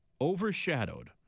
overshadowed